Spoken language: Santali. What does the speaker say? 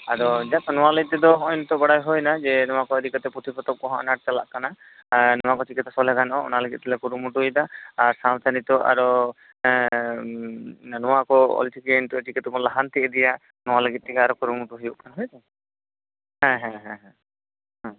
ᱟᱫᱚ ᱡᱟᱥᱴ ᱱᱚᱣᱟ ᱞᱟ ᱭ ᱛᱮᱫᱚ ᱦᱚᱜᱼᱚᱭ ᱱᱤᱛᱚᱜ ᱵᱟᱰᱟᱭ ᱦᱳᱭᱮᱱᱟ ᱡᱮ ᱱᱚᱣᱟ ᱠᱚ ᱤᱫᱤ ᱠᱟᱛᱮᱫ ᱯᱩᱛᱷᱤ ᱯᱚᱛᱚᱵ ᱠᱚᱦᱚᱸ ᱟᱱᱟᱴ ᱪᱟᱞᱟᱜ ᱠᱟᱱᱟ ᱟᱸ ᱱᱚᱣᱟ ᱠᱚ ᱪᱤᱠᱟ ᱛᱮ ᱥᱚᱞᱦᱮ ᱜᱟᱱᱚᱜ ᱟ ᱚᱱᱟ ᱞᱟ ᱜᱤᱫᱽ ᱛᱮᱞᱮ ᱠᱩᱨᱩᱢᱩᱴᱩᱭᱮᱫᱟ ᱟᱨ ᱥᱟᱶᱛᱮ ᱱᱤᱛᱚᱜ ᱟᱨᱚ ᱮᱸ ᱱᱚᱣᱟ ᱠᱚ ᱚᱞᱪᱤᱠᱤ ᱱᱤᱛᱚᱜ ᱪᱤᱠᱟ ᱛᱮᱵᱚᱱ ᱞᱟᱦᱟᱱᱛᱤ ᱤᱫᱤᱭᱟ ᱱᱚᱣᱟ ᱞᱟ ᱜᱤᱫᱽ ᱛᱮᱜᱮ ᱟᱨᱦᱚᱸ ᱠᱩᱨᱩᱢᱩᱴᱩ ᱦᱩᱭᱩᱜ ᱠᱟᱱᱟ ᱦᱚᱭᱪᱮ ᱦᱮᱸ ᱦᱮᱸ ᱦᱮᱸ ᱦᱮᱸ ᱦᱩᱸ